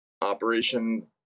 operation